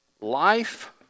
life